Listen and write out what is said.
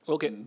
Okay